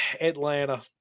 atlanta